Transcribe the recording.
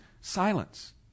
Silence